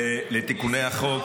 לתיקוני החוק